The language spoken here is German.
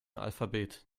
alphabet